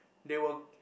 they were